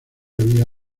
había